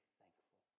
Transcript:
thankful